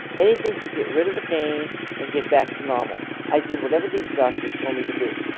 anything to get rid of the pain and get back to normal. i did whatever these doctors told me to do.